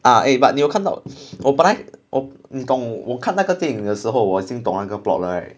ah eh but 你有看到 我本来你懂我看那个电影的时候我已经懂那个 plot right